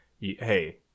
hey